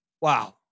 Wow